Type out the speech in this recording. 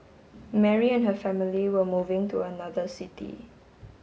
Mary and her family were moving to another city